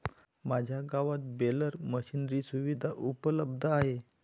माझ्या गावात baler machinery सुविधा उपलब्ध आहे